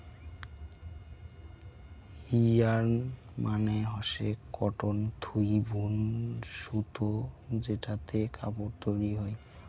yarn মানে হসে cotton থুই বুন সুতো যেটোতে কাপড় তৈরী হই